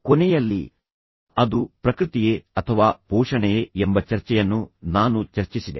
ಕೊನೆಯಲ್ಲಿ ಅದು ಪ್ರಕೃತಿಯೇ ಅಥವಾ ಪೋಷಣೆಯೇ ಎಂಬ ಚರ್ಚೆಯನ್ನು ನಾನು ಚರ್ಚಿಸಿದೆ